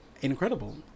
incredible